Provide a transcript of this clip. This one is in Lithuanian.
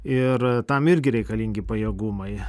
ir tam irgi reikalingi pajėgumai